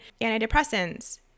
antidepressants